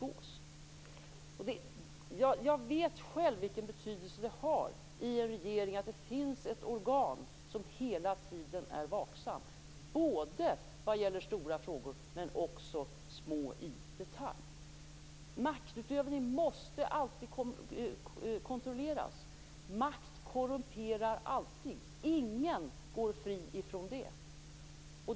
Jag vet själv vilken betydelse det har för en regering att det finns ett organ som hela tiden är vaksamt när det gäller både stora frågor och små detaljfrågor. Maktutövning måste alltid kontrolleras. Makt korrumperar alltid. Ingen går fri från detta.